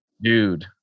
Dude